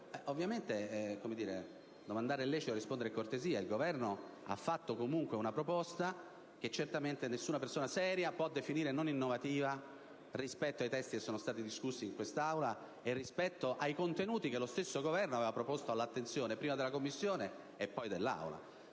Ovviamente domandare è lecito, rispondere è cortesia: il Governo ha fatto comunque una proposta che certamente nessuna persona seria può definire non innovativa rispetto ai testi discussi in quest'Aula e rispetto ai contenuti che lo stesso Esecutivo aveva posto all'attenzione prima della Commissione e poi dell'Assemblea.